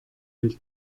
del